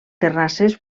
terrasses